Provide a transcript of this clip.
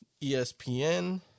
ESPN